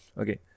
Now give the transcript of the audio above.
Okay